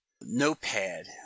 Notepad